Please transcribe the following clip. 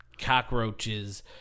cockroaches